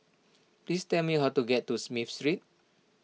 please tell me how to get to Smith Street